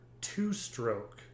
two-stroke